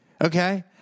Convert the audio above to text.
Okay